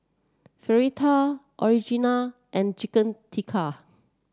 Fritada Onigiri and Chicken Tikka